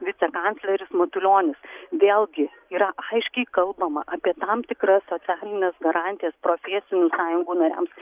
vicekancleris matulionis vėlgi yra aiškiai kalbama apie tam tikras socialines garantijas profesinių sąjungų nariams